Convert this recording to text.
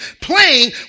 playing